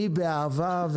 אני באהבה,